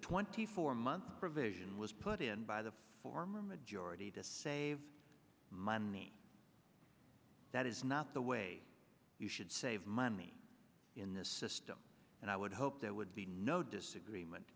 twenty four months provision was put in by the former majority to save money that is not the way you should save money in this system and i would hope there would be no disagreement